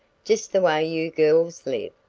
just the way you girls live.